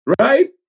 Right